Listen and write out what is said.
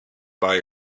buy